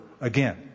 again